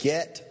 Get